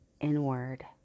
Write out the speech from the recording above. inward